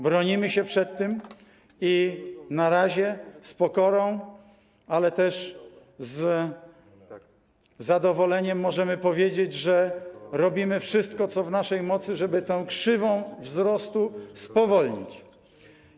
Bronimy się przed tym i na razie z pokorą, ale też z zadowoleniem możemy powiedzieć, że robimy wszystko co w naszej mocy, żeby tę krzywą wzrostu spowolnić.